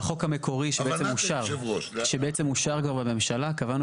בחוק המקורי שאושר כבר בממשלה קבענו